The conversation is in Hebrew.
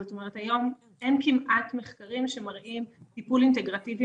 זאת אומרת היום אין כמעט מחקרים שמראים טיפול אינטגרטיבי